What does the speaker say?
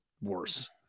worse